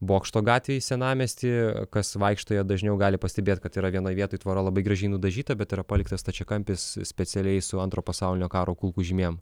bokšto gatvėj senamiesty kas vaikšto jie dažniau gali pastebėt kad yra vienoje vietoj tvora labai gražiai nudažyta bet yra paliktas stačiakampis specialiai su antro pasaulinio karo kulkų žymiem